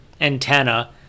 antenna